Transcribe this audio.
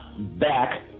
back